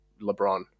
LeBron